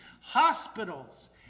Hospitals